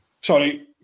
Sorry